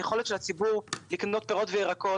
אני חושבת שהיכולת של הציבור לקנות פירות וירקות